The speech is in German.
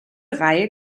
reihe